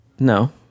No